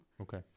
Okay